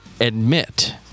admit